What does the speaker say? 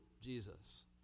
Jesus